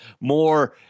more